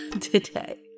today